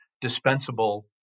dispensable